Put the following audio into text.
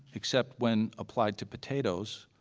except when applied to potatoes,